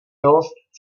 milost